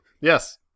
Yes